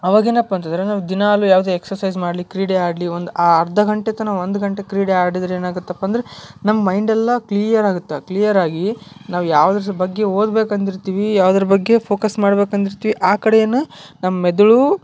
ಆವಾಗ ಏನಪ್ಪ ಅಂತಂದರೆ ನಾವು ದಿನಾಲು ಯಾವುದೇ ಎಕ್ಸಸೈಸ್ ಮಾಡಲಿ ಕ್ರೀಡೆ ಆಡಲಿ ಒಂದು ಆ ಅರ್ಧ ಗಂಟೆ ತನ ಒಂದು ಗಂಟೆ ಕ್ರೀಡೆ ಆಡಿದರೆ ಏನಾಗತ್ತಪ್ಪ ಅಂದರೆ ನಮ್ ಮೈಂಡೆಲ್ಲಾ ಕ್ಲಿಯಾರಾಗತ್ತ ಕ್ಲಿಯರಾಗಿ ನಾವ್ ಯಾವ್ದ್ರ್ ಸ ಬಗ್ಗೆ ಓದ್ಬೇಕಂದ್ ಇರ್ತೀವೀ ಯಾವ್ದ್ರ್ ಬಗ್ಗೆ ಫೋಕಸ್ ಮಾಡ್ಬೇಕಂದ್ ಇರ್ತೀವಿ ಆ ಕಡೇನ್ ನಮ್ ಮೆದುಳೂ